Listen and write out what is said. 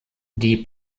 die